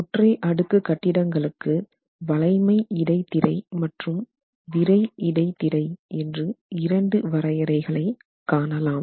ஒற்றை அடுக்கு கட்டிடங்களுக்கு வளைமை இடைத்திரை மற்றும் விறைஇடைத்திரை என்று இரண்டு வரையறைகளை காணலாம்